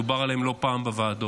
דובר עליהם לא פעם בוועדות,